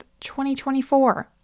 2024